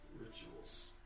rituals